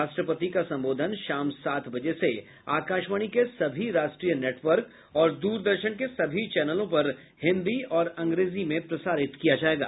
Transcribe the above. राष्ट्रपति का संबोधन शाम सात बजे से आकाशवाणी के सभी राष्ट्रीय नेटवर्क और दूरदर्शन के सभी चैनलों पर हिंदी और अंग्रेजी में प्रसारित किया जाएगा